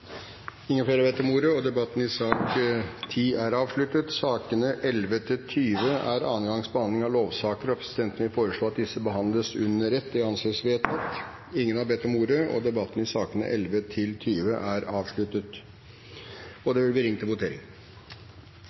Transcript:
Flere har ikke bedt om ordet til sak nr. 10. Sakene nr. 11–20 er annen gangs behandling av lovvedtak, og presidenten vil foreslå at disse behandles under ett. – Det anses vedtatt. Ingen har bedt om ordet til sakene nr. 11–20. Da er Stortinget klar til å gå til votering. Det